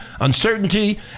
uncertainty